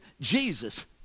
Jesus